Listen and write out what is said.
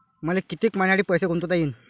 मले कितीक मईन्यासाठी पैसे गुंतवता येईन?